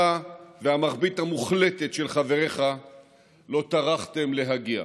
אתה והרוב המוחלט של חבריך לא טרחתם להגיע.